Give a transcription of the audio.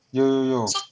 有有有